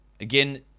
Again